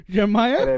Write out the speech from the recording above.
Jeremiah